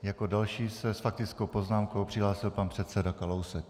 Jako další se s faktickou poznámkou přihlásil pan předseda Kalousek.